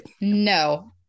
No